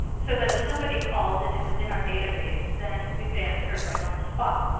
so that if somebody called and it was in our database, then we could answer it right on the spot.